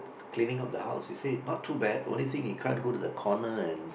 to cleaning up the house they say not too bad only thing is they can't go to a corner and